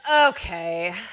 Okay